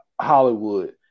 Hollywood